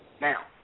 Now